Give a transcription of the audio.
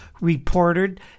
reported